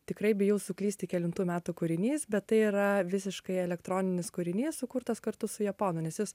tikrai bijau suklysti kelintų metų kūrinys bet tai yra visiškai elektroninis kūrinys sukurtas kartu su japonu nes jis